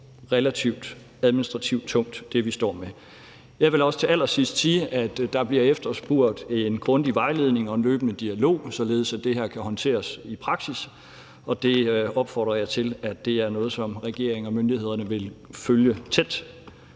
relativt administrativt tungt. Jeg vil også til allersidst sige, at der bliver efterspurgt en grundig vejledning og en løbende dialog, således at det her kan håndteres i praksis, og det opfordrer jeg regeringen og myndighederne til at følge tæt,